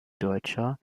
deutscher